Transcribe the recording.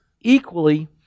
equally